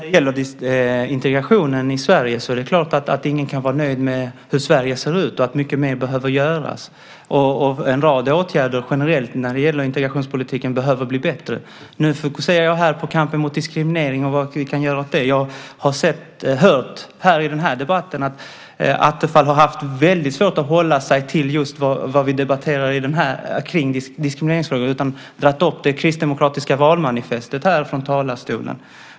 Fru talman! När det gäller integrationen i Sverige är det klart att ingen kan vara nöjd med hur Sverige ser ut och att mycket mer behöver göras. En rad åtgärder generellt när det gäller integrationspolitiken behöver bli bättre. Nu fokuserar jag här på diskriminering och vad vi kan göra åt det. Jag har i den här debatten hört att Attefall har haft väldigt svårt att hålla sig till just det vi debatterar här, diskrimineringsfrågor, utan i stället dragit upp det kristdemokratiska valmanifestet här från talarstolen.